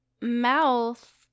mouth